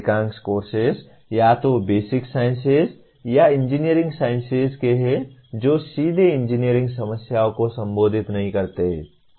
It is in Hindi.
अधिकांश कोर्सेस या तो बेसिक साइंसेज या इंजीनियरिंग साइंसेज के हैं जो सीधे इंजीनियरिंग समस्याओं को संबोधित नहीं करते हैं